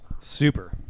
Super